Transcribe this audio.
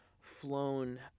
flown